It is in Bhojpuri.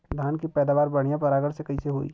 धान की पैदावार बढ़िया परागण से कईसे होई?